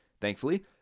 Thankfully